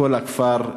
לכל הכפר,